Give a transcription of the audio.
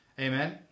Amen